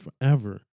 forever